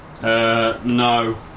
no